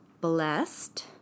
blessed